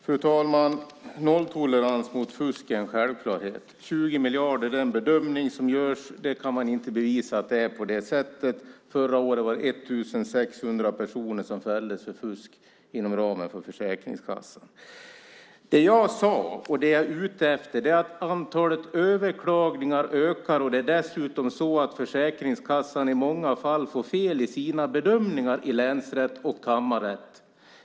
Fru talman! Nolltolerans mot fusk är en självklarhet. Man gör bedömningen att det handlar om 20 miljarder, men man kan inte bevisa att det är på det sättet. Förra året var det 1 600 personer som fälldes för fusk inom ramen för Försäkringskassan. Det jag sade och det jag är ute efter är att antalet överklagningar ökar. Det är dessutom så att Försäkringskassan i många fall bedöms ha fel i sina bedömningar i länsrätt och kammarrätt.